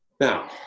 Now